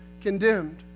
condemned